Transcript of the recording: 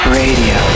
radio